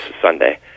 Sunday